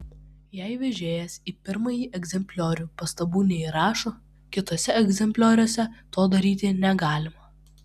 jei vežėjas į pirmąjį egzempliorių pastabų neįrašo kituose egzemplioriuose to daryti negalima